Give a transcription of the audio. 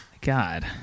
God